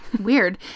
Weird